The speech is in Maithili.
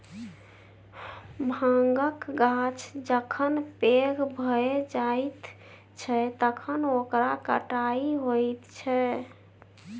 भाँगक गाछ जखन पैघ भए जाइत छै तखन ओकर कटाई होइत छै